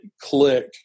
click